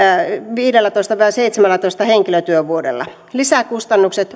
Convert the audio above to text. viidellätoista viiva seitsemällätoista henkilötyövuodella lisäkustannusten